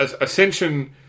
Ascension